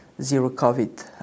zero-COVID